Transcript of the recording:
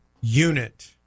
unit